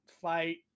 fight